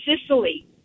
Sicily